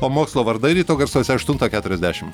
o mokslo vardai ryto garsuose aštuntą keturiasdešim